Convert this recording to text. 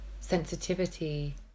sensitivity